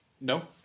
No